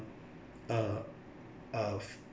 uh err of